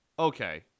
Okay